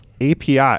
API